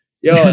Yo